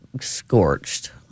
scorched